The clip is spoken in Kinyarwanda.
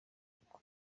uko